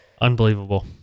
Unbelievable